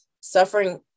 suffering